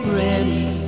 ready